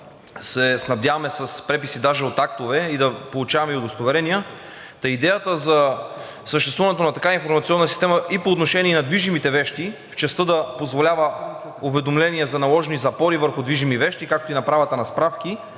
се снабдяваме с преписи, даже от актове, и да получаваме и удостоверения, та идеята за съществуването на такава информационна система и по отношение на движимите вещи в частта да позволява уведомление за наложени запори върху движими вещи, както и направата на справки,